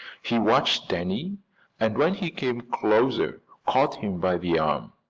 he watched danny and when he came closer caught him by the arm.